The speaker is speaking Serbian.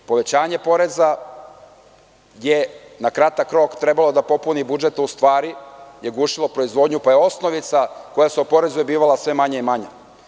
Povećanje poreza je na kratak rok trebalo da popuni budžet, a u stvari je gušilo proizvodnju, pa je osnovica koja se oporezuje bivala sve manja i manja.